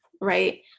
right